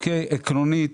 עקרונית,